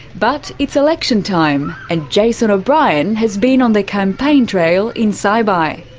but it's election time, and jason o'brien has been on the campaign trail in saibai.